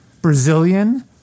Brazilian